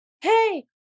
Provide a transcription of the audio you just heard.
Hey